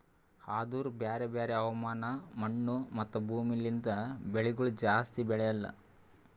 ಆದೂರು ಬ್ಯಾರೆ ಬ್ಯಾರೆ ಹವಾಮಾನ, ಮಣ್ಣು, ಮತ್ತ ಭೂಮಿ ಲಿಂತ್ ಬೆಳಿಗೊಳ್ ಜಾಸ್ತಿ ಬೆಳೆಲ್ಲಾ